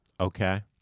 Okay